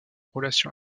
relation